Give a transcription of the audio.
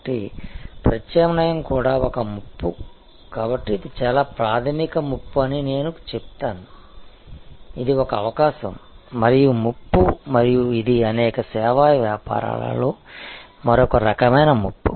కాబట్టి ప్రత్యామ్నాయం కూడా ఒక ముప్పు కాబట్టి ఇది చాలా ప్రాధమిక ముప్పు అని నేను చెప్తాను ఇది ఒక అవకాశం మరియు ముప్పు మరియు ఇది అనేక సేవా వ్యాపారాలలో మరొక రకమైన ముప్పు